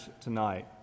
tonight